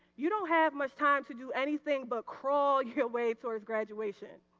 you don't have much time to do anything but crawl your way towards graduation.